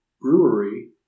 Brewery